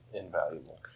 invaluable